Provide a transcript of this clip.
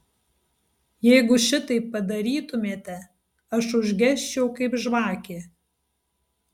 jeigu šitaip padarytumėte aš užgesčiau kaip žvakė